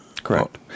correct